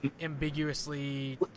ambiguously